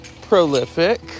prolific